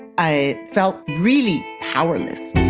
i felt really powerless